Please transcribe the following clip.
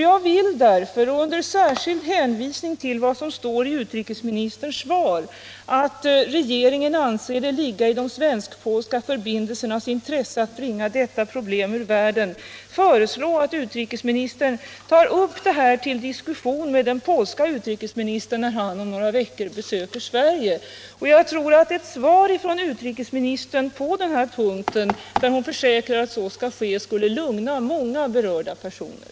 Jag vill därför, under särskild hänvisning till att det i utrikesministerns svar står att regeringen ”anser det ligga i de svensk-polska förbindelsernas intresse att bringa detta problem ur världen” föreslå att utrikesministern tar upp det här till diskussion med den polska utrikesministern, när han om några veckor besöker Sverige. Jag tror att ett svar från utrikesministern på den här punkten, där hon försäkrar att så skulle ske, skulle lugna många berörda personer.